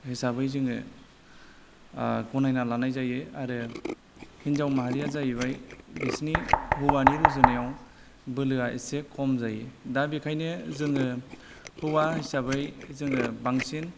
हिसाबै जोङो गनायनानै लानाय जायो आरो हिन्जाव माहारिया जाहैबाय बिसिनि हौवानि रुजुनायाव बोलोआ एसे खम जायो दा बेखायनो जोङो होवा हिसाबै जोङो बांसिन